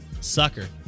sucker